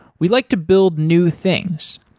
we like to build new things,